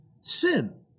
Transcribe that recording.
sin